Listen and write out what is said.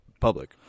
public